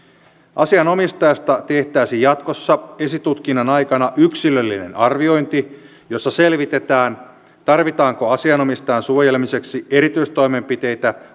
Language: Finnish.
asianomistajasta tehtäisiin jatkossa esitutkinnan aikana yksilöllinen arviointi jossa selvitetään tarvitaanko asianomistajan suojelemiseksi erityistoimenpiteitä